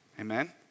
Amen